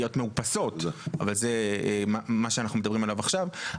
מאופסות אבל זה מה שאנחנו מדברים עליו עכשיו,